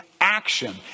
action